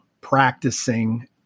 practicing